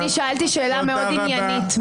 אני שאלתי שאלה מאוד עניינית,